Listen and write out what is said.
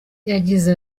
yagize